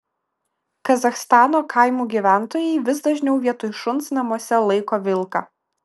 kazachstano kaimų gyventojai vis dažniau vietoj šuns namuose laiko vilką